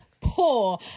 poor